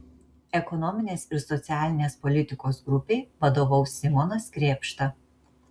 ekonominės ir socialinės politikos grupei vadovaus simonas krėpšta